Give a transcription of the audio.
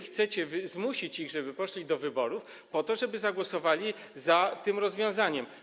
Chcecie zmusić ich, żeby poszli do wyborów po to, żeby zagłosowali za tym rozwiązaniem.